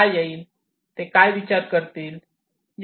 ते काय विचार करतील